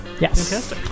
Yes